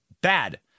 bad